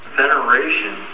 veneration